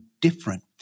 different